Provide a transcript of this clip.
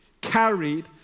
carried